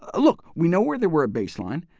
ah look, we know where they were at baseline,